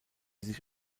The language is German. sich